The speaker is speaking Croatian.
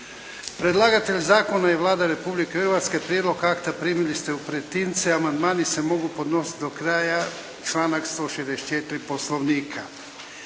Predlagatelj zakona je Vlada Republike Hrvatske. Prijedlog akta primili ste u pretince. Amandmani se mogu podnositi do kraja, članak 164. Poslovnika.